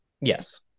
Yes